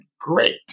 great